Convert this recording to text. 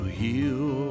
heal